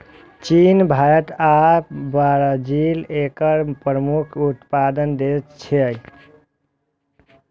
चीन, भारत आ ब्राजील एकर प्रमुख उत्पादक देश छियै